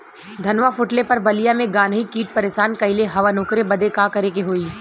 धनवा फूटले पर बलिया में गान्ही कीट परेशान कइले हवन ओकरे बदे का करे होई?